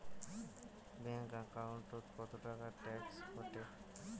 Bank একাউন্টত কতো টাকা ট্যাক্স কাটে?